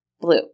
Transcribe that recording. Blue